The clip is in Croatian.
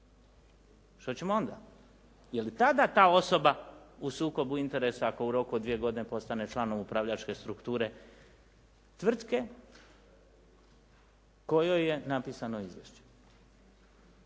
Što ćemo onda? Je li tada ta osoba u sukobu interesa ako u roku dvije godine postane članom upravljačke strukture tvrtke kojoj je napisano izvješće?